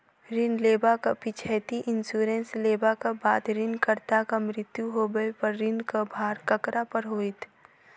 ऋण लेबाक पिछैती इन्सुरेंस लेबाक बाद ऋणकर्ताक मृत्यु होबय पर ऋणक भार ककरा पर होइत?